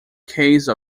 case